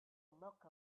look